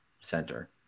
center